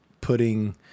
putting